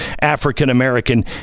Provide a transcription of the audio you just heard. african-american